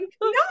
no